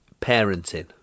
parenting